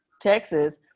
Texas